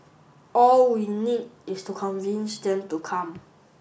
all we need is to convince them to come